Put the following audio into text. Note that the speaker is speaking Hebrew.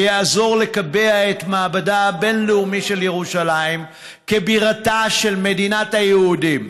שיעזור לקבע את מעמדה הבין-לאומי של ירושלים כבירתה של מדינת היהודים,